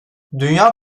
dünya